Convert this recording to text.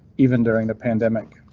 even during the pandemic.